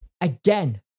Again